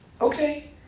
okay